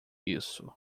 isso